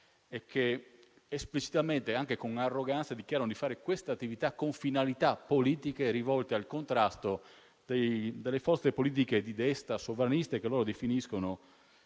che esplicitamente, anche con arroganza, dichiarano di svolgere questa attività con finalità politiche, rivolte al contrasto delle forze politiche di destra sovraniste, che loro definiscono